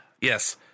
Yes